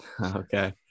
okay